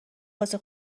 واسه